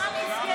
הרשימה נסגרה.